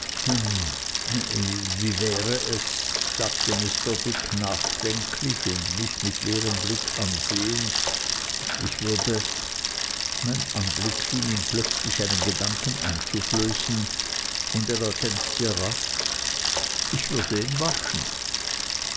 wie wäre es sagte mr dick nachdenklich und mich mit leerem blick ansehend ich würde mein anblick schien ihm plötzlich einen gedanken einzuflößen und er ergänzte rasch ich würde ihn waschen